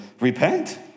repent